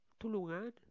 tulungan